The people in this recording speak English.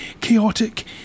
chaotic